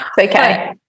Okay